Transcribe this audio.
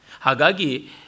Hagagi